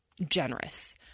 generous